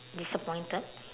disappointed